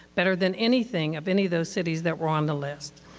better than anything of any of those cities that were on the list.